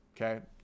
Okay